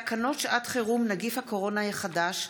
תקנות שעת חירום (נגיף הקורונה החדש,